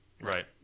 Right